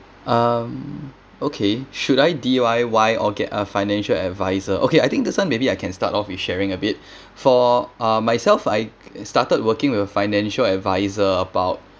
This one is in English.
um okay should I D_I_Y or get a financial advisor okay I think this [one] maybe I can start of with sharing a bit for uh myself I started working with a financial advisor about